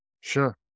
Sure